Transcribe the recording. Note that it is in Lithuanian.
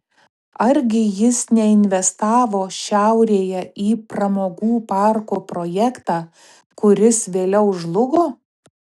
argi jis neinvestavo šiaurėje į pramogų parko projektą kuris vėliau žlugo